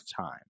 time